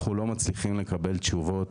אנחנו לא מצליחים לקבל תשובות,